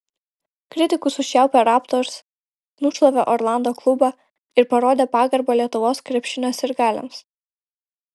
kritikus užčiaupę raptors nušlavė orlando klubą ir parodė pagarbą lietuvos krepšinio sirgaliams